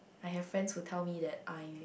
I have friends who tell me that I